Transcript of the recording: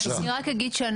אז אני רק שאנחנו,